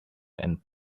and